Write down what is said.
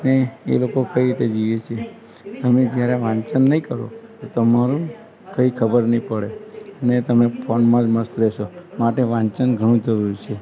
અને એ લોકો કઈ રીતે જીવે છે તમે જ્યારે વાંચન નહીં કરો તો તમારું કંઈ ખબર નહીં પડે ને તમે ફોનમાં જ મસ્ત રહેશો માટે વાંચન ઘણું જરૂરી છે